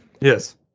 Yes